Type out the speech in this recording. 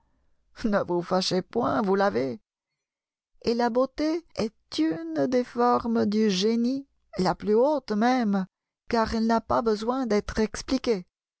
gray ne vous fâchez point vous l'avez et la beauté est une des formes du génie la plus haute même car elle n'a pas besoin d'être expliquée